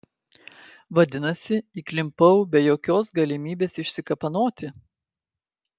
vadinasi įklimpau be jokios galimybės išsikapanoti